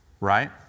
Right